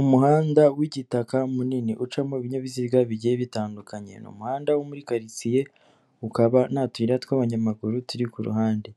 Umuhanda w'igitaka munini ucamo ibinyabiziga bigiye bitandukanye, ni umuhanda wo muri karitsiye, ukaba nta tuyira tw'abanyamaguru turi ku ruhande,